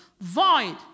void